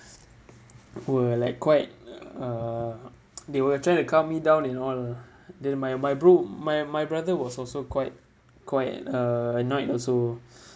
were like quite uh they were trying to calm me down you know then my my bro my my brother was also quite quite uh annoyed also